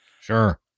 sure